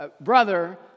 Brother